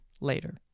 later